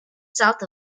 south